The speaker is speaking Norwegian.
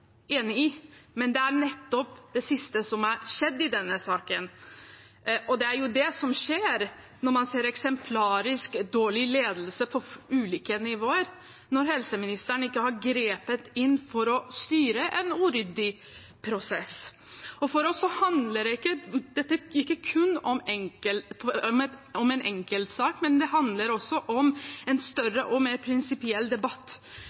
enig i, men det er nettopp det siste som har skjedd i denne saken. Det er det som skjer når det er eksemplarisk dårlig ledelse på ulike nivåer, når helseministeren ikke har grepet inn for å styre en uryddig prosess. For oss handler ikke dette kun om en enkelt sak, men det handler også om en større og mer prinsipiell debatt.